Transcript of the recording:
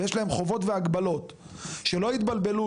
ויש חובות והגבלות שלא יתבלבלו,